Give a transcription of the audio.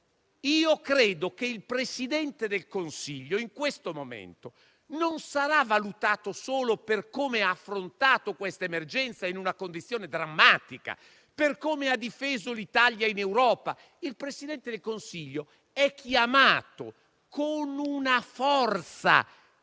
Io credo che il Presidente del Consiglio in questo momento non sarà valutato solo per come ha affrontato l'emergenza in una condizione drammatica, per come ha difeso l'Italia in Europa; il Presidente del Consiglio è altresì chiamato - con una forza